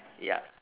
ya